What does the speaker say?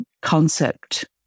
concept